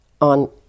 on